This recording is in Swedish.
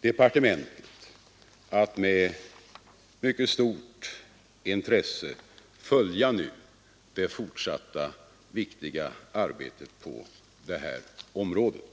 departementet att med mycket stort intresse följa det fortsatta viktiga arbetet på området.